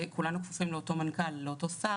וכולנו כפופים לאותו מנכ"ל ולאותו שר